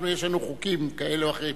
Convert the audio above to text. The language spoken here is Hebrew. יש לנו חוקים כאלה ואחרים.